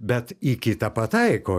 bet į kitą pataiko